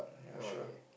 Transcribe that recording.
oh okay